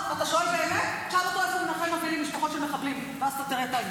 טלי, מה יש לך נגד ווליד טאהא?